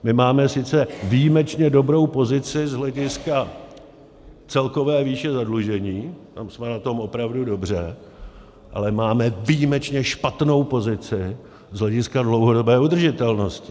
My máme sice výjimečně dobrou pozici z hlediska celkové výše zadlužení, tam jsme na tom opravdu dobře, ale máme výjimečně špatnou pozici z hlediska dlouhodobé udržitelnosti.